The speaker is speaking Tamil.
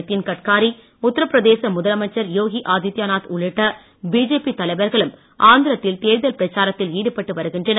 நிதின் கட்காரி உத்திரபிரதேச முதலமைச்சர் யோகி ஆதித்யாநாத் உள்ளிட்ட பிஜேபி தலைவர்களும் ஆந்திரத்தில் தேர்தல் பிரச்சாரத்தில் ஈடுபட்டு வருகின்றனர்